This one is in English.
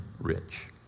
rich